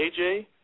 AJ